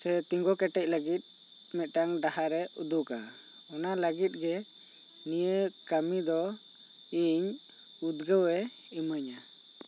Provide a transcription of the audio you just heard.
ᱥᱮ ᱛᱤᱜᱩ ᱠᱮᱴᱮᱡ ᱞᱟᱹᱜᱤᱫ ᱢᱤᱫᱴᱟᱝ ᱰᱟᱦᱟᱨᱮ ᱩᱫᱩᱜᱟ ᱚᱱᱟ ᱞᱟᱹᱜᱤᱫ ᱜᱮ ᱱᱤᱭᱟᱹ ᱠᱟᱹᱢᱤ ᱫᱚ ᱤᱧ ᱩᱫᱽᱜᱟᱹᱣ ᱮ ᱮᱢᱟᱹᱧᱟᱹ